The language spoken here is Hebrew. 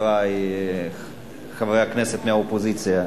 חברי חברי הכנסת מהאופוזיציה.